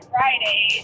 Friday